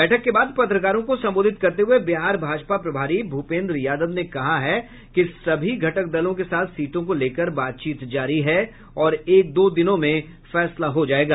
बैठक के बाद पत्रकारों को संबोधित करते हुए बिहार भाजपा प्रभारी भूपेन्द्र यादव ने कहा है कि सभी घटक दलों के साथ सीटों को लेकर बातचीत जारी है और एक दो दिनों में फैसला हो जायेगा